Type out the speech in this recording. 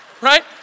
right